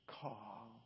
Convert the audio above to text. Call